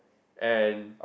and